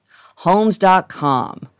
homes.com